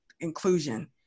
inclusion